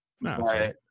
No